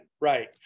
Right